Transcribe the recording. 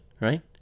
right